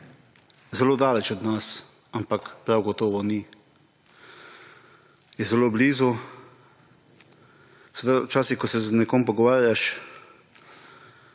zelo daleč od nas, ampak prav gotovo ni. Je zelo blizu. Seveda, včasih, ko se z nekom pogovarjaš,